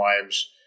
times